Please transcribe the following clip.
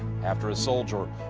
after a soldier,